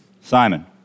Simon